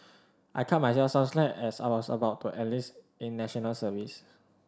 I cut myself some slack as I was about to enlist in National Service